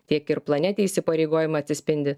tiek ir plane tie įsipareigojimai atsispindi